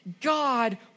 God